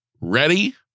Ready